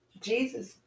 Jesus